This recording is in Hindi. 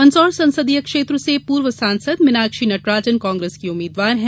मंदसौर संसदीय क्षेत्र से पूर्व सांसद मीनाक्षी नटराजन कांग्रेस की उम्मीदवार हैं